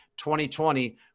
2020